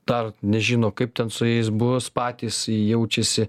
dar nežino kaip ten su jais bus patys jaučiasi